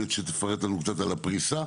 תפרט לנו קצת על הפריסה,